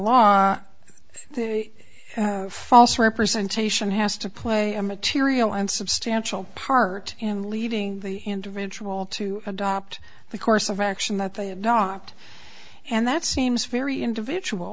law false representation has to play a material and substantial part in leading the individual to adopt the course of action that they adopt and that seems very individual